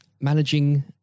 managing